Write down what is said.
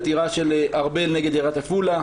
עתירה של ארבל נגד עיריית עפולה.